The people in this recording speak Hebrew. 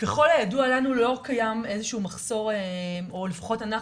ככל הידוע לנו לא קיים איזה שהוא מחסור או לפחות אנחנו